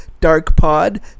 DARKPOD